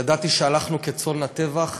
ידעתי שהלכנו כצאן לטבח,